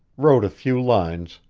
wrote a few lines,